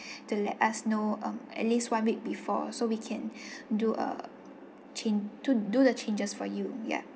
to let us know um at least one week before so we can do a change do do the changes for you ya